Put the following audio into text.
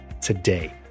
today